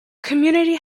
community